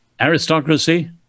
aristocracy